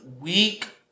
week